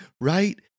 right